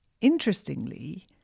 Interestingly